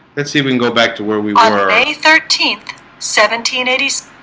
let's see we can go back to where we were a thirteenth seventeen eighty s